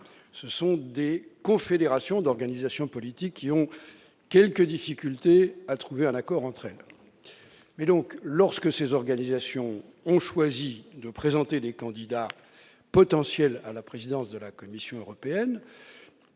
ce sont des confédérations d'organisations politiques, qui ont quelques difficultés à trouver un accord entre elles -ont choisi de présenter des candidats potentiels à la présidence de la Commission européenne,